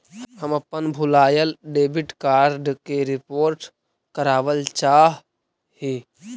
हम अपन भूलायल डेबिट कार्ड के रिपोर्ट करावल चाह ही